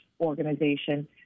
organization